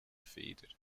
feder